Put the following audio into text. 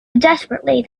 desperately